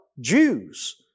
Jews